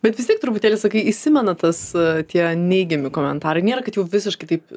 bet vis tiek truputėlį sakai įsimena tas tie neigiami komentarai nėra kad jau visiškai taip